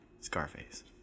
Scarface